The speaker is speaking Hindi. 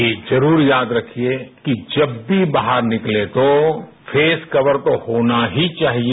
यह जरूर याद रखिए कि जब भी बाहर निकलें तो फेस कवर तो होना ही चाहिए